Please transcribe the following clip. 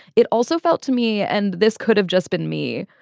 it also felt to me and this could have just been me.